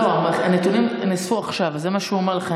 לא, הנתונים נאספו עכשיו, זה מה שהוא אומר לך.